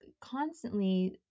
constantly